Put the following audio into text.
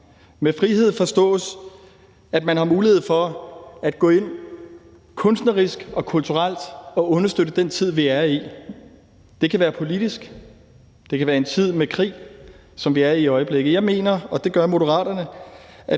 Med frihed forstås, at man har mulighed for at gå ind kunstnerisk og kulturelt og understøtte i den tid, vi er i. Det kan være politisk. Det kan være i en tid med krig, som vi er i i øjeblikket. Jeg og Moderaterne